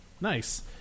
Nice